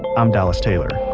i'm dallas taylor.